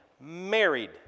married